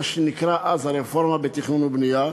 מה שנקרא אז "הרפורמה בתכנון ובנייה".